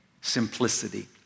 simplicity